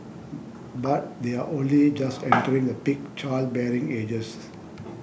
but they are only just entering the peak childbearing ages